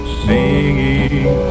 singing